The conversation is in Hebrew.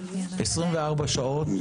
24 שעות,